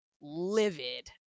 livid